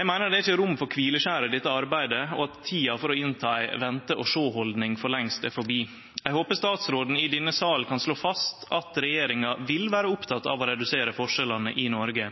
Eg meiner det ikkje er rom for kvileskjer i dette arbeidet, og at tida for å ha ei vente-og-sjå-haldning for lengst er forbi. Eg håper statsråden i denne sal kan slå fast at regjeringa vil vere oppteken av å redusere forskjellane i Noreg,